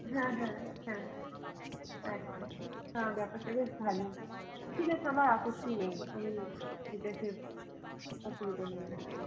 হ্যাঁ হ্যাঁ হ্যাঁ আচ্ছা না ব্যাপারটা বেশ ভালোই ঠিক আছে আমার আপত্তি নেই আমি ঠিক আছে অসুবিধা নেই আমার